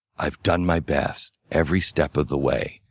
i've done my best every step of the way.